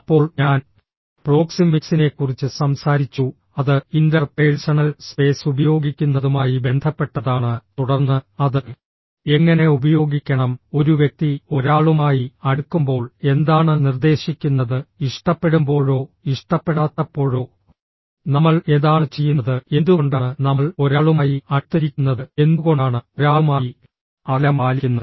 അപ്പോൾ ഞാൻ പ്രോക്സിമിക്സിനെക്കുറിച്ച് സംസാരിച്ചു അത് ഇന്റർപേഴ്സണൽ സ്പേസ് ഉപയോഗിക്കുന്നതുമായി ബന്ധപ്പെട്ടതാണ് തുടർന്ന് അത് എങ്ങനെ ഉപയോഗിക്കണം ഒരു വ്യക്തി ഒരാളുമായി അടുക്കുമ്പോൾ എന്താണ് നിർദ്ദേശിക്കുന്നത് ഇഷ്ടപ്പെടുമ്പോഴോ ഇഷ്ടപ്പെടാത്തപ്പോഴോ നമ്മൾ എന്താണ് ചെയ്യുന്നത് എന്തുകൊണ്ടാണ് നമ്മൾ ഒരാളുമായി അടുത്ത് ഇരിക്കുന്നത് എന്തുകൊണ്ടാണ് ഒരാളുമായി അകലം പാലിക്കുന്നത്